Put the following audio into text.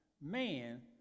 man